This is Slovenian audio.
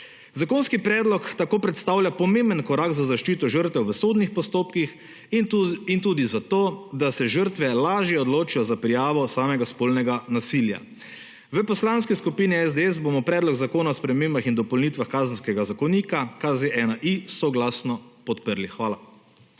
Zakonski predlog tako predstavlja pomemben korak za zaščito žrtev v sodnih postopkih in tudi zato, da se žrtve lažje odločijo za prijavo samega spolnega nasilja. V Poslanski skupini SDS bomo predlog zakona o spremembah in dopolnitvah Kazenskega zakonika KZ-1I, soglasno podprli. Hvala.